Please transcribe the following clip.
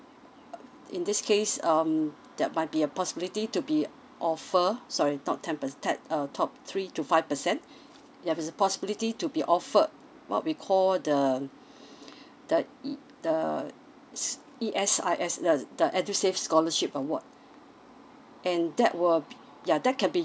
err in this case um there might be a possibility to be offered sorry not ten per type uh top three to five percent there is a possibility to be offered what we call the the e~ the es~ E_S_I_S the the edusave scholarship award and that will yeah that can be